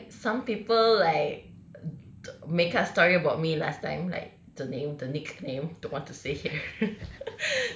like some people like th~ make up story about me last time like the name the nickname don't want to say here